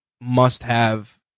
must-have